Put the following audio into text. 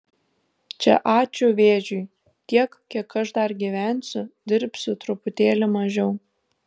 čia ačiū vėžiui tiek kiek aš dar gyvensiu dirbsiu truputėlį mažiau